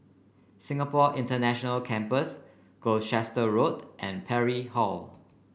Singapore International Campus Gloucester Road and Parry Hall